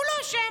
הוא לא אשם.